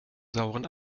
sauren